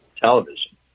television